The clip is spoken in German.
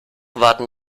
warten